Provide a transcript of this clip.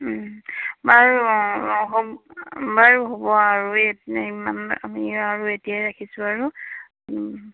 বাৰু বাৰু হ'ব আৰু এই আমি আৰু এতিয়াই ৰাখিছোঁ আৰু